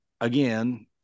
again